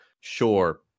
Sure